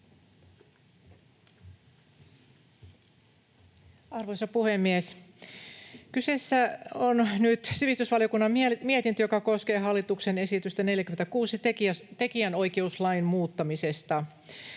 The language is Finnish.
Arvoisa puhemies! Kyseessä on nyt sivistysvaliokunnan mietintö, joka koskee hallituksen esitystä 46 tekijänoikeuslain muuttamisesta.